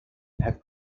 have